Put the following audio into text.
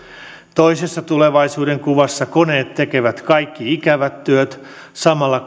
toisessa tulevaisuudenkuvassa koneet tekevät kaikki ikävät työt samalla